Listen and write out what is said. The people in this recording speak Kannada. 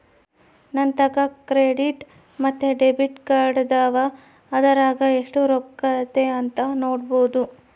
ನಂತಾಕ ಕ್ರೆಡಿಟ್ ಮತ್ತೆ ಡೆಬಿಟ್ ಕಾರ್ಡದವ, ಅದರಾಗ ಎಷ್ಟು ರೊಕ್ಕತೆ ಅಂತ ನೊಡಬೊದು